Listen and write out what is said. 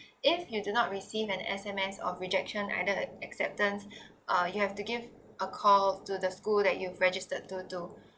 if you do not receive an s m s of rejection either the acceptance uh you have to give a call to the school that you've registered to to